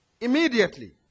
Immediately